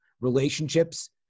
relationships